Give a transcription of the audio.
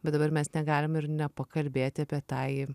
bet dabar mes negalim ir nepakalbėti apie tąjį